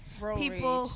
people